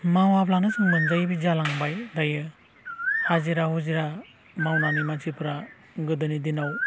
मावाब्लानो जों मोनजायि बायदि जालांबाय दायो हाजिरा हुजिरा मावनानै मानसिफ्रा गोदोनि दिनाव